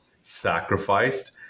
sacrificed